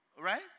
Right